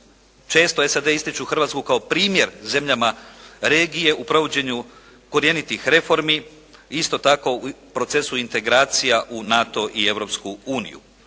Često SAD ističu Hrvatsku kao primjer zemljama regije u provođenju korjenitih reformi. Isto tako u procesu integracija u NATO i